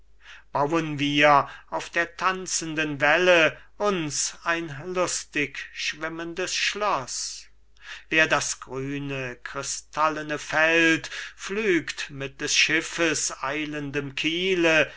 bauen wir auf der tanzenden welle uns ein lustig schwimmendes schloß wer das grüne krystallene feld pflügt mit des schiffes eilendem kiele